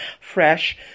fresh